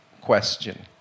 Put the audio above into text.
question